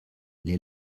les